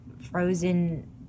frozen